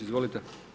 Izvolite.